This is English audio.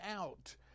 out